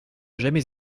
jamais